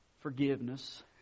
forgiveness